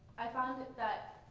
i found that that